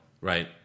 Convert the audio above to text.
Right